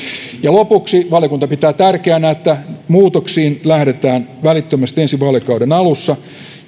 lopuksi valiokunta pitää tärkeänä että muutoksiin lähdetään välittömästi ensi vaalikauden alussa